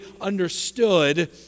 understood